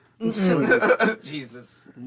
Jesus